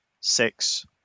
six